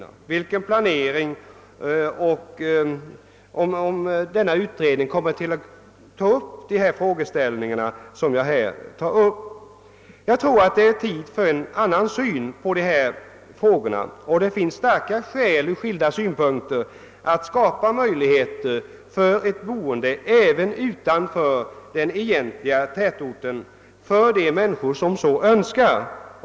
Jag vet heller inte om denna utredning kommer att ta upp de frågeställningar som jag här gjorde. Jag tror att det är tid att anlägga en annan syn på dessa frågor, och det finns ur skilda synpunkter starka skäl att skapa möjligheter för ett boende även utanför den egentliga tätorten för dem som så önskar.